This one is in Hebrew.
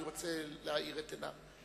אני רוצה להאיר את עיניו.